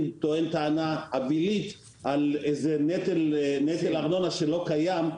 טוענת טענה אווילית על נטל ארנונה שלא קיים,